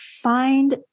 find